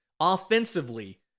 Offensively